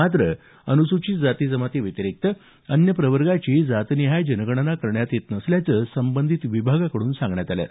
मात्र अनुसूचित जाती जमाती व्यतिरिक्त अन्य प्रवर्गाची जातनिहाय जनगणना करण्यात येत नसल्याचं संबंधित विभागाकडून सांगण्यात आलं आहे